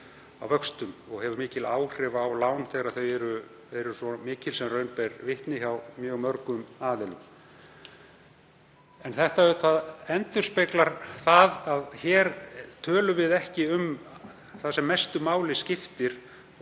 og hefur mikil áhrif á lán þegar þau eru svo mikil sem raun ber vitni hjá mjög mörgum aðilum. En þetta endurspeglar það að hér tölum við ekki um það sem mestu máli skiptir.